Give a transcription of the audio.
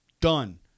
Done